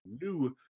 new